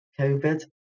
COVID